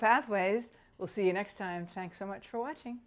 pathways we'll see you next time thanks so much for watching